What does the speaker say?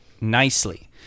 nicely